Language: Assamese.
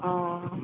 অঁ